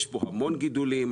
יש פה המון גידולים,